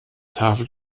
tafel